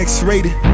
X-rated